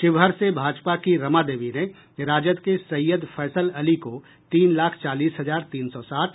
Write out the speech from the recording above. शिवहर से भाजपा की रमा देवी ने राजद के सैयद फैसल अली को तीन लाख चालीस हजार तीन सौ साठ